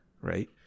right